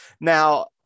Now